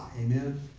Amen